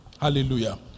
Hallelujah